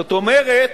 זאת אומרת,